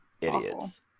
idiots